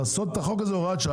לעשות את החוק הזה הוראת שעה,